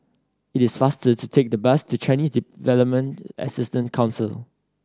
it is faster to take the bus to Chinese Development Assistance Council